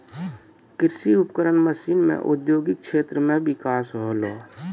कृषि उपकरण मसीन सें औद्योगिक क्षेत्र म बिकास होलय